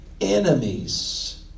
enemies